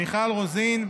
מיכל רוזין,